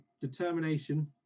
determination